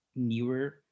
newer